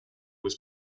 was